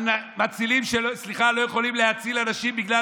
על מצילים שלא יכולים להציל אנשים בגלל